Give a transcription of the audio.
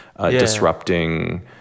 disrupting